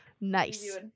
Nice